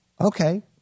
Okay